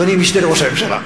אדוני המשנה לראש הממשלה.